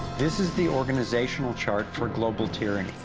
this is the organizational chart for global tyranny,